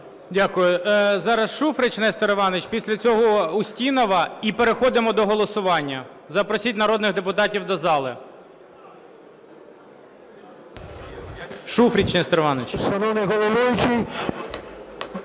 Дякую. Зараз Шуфрич Нестор Іванович. Після цього Устінова. І переходимо до голосування. Запросіть народних депутатів до зали. Шуфрич Нестор Іванович.